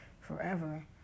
forever